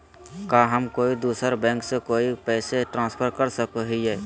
का हम कोई दूसर बैंक से कोई के पैसे ट्रांसफर कर सको हियै?